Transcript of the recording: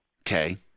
Okay